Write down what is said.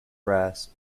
brass